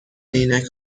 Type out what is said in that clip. عینک